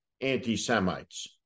anti-Semites